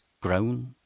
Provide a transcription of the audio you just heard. grown